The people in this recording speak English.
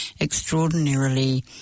extraordinarily